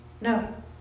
No